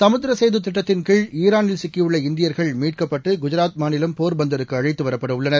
சமுத்திரசேதுதிட்டத்தின்கீழ் ஈரானில் சிக்கியுள்ள இந்தியர்கள் மீட்கப்பட்டுகுஜராத் மாநிலம் போர்பந்தருக்குஅழைத்துவரப்படஉள்ளனர்